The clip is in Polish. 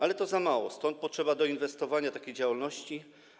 Ale to za mało, stąd potrzeba doinwestowania takiej działalności.